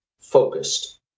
focused